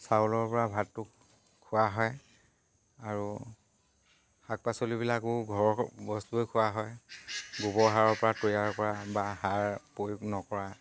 চাউলৰ পৰা ভাতটো খোৱা হয় আৰু শাক পাচলিবিলাকো ঘৰৰ বস্তুৱে খোৱা হয় গোবৰ সাৰৰ পৰা তৈয়াৰ কৰা বা সাৰ প্ৰয়োগ নকৰা